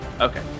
Okay